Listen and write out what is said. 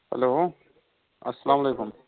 hello اسلام علیکُم